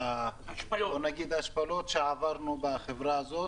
ההשפלות שעברנו בחברה הזאת.